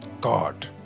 God